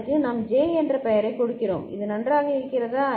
அதற்கு நாம் J என்ற பெயரைக் கொடுக்கிறோம் அது நன்றாக இருக்கிறதா